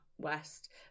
West